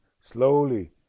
slowly